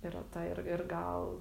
yra ta ir ir gal